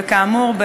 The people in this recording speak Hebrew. וכאמור,